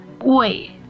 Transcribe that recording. Wait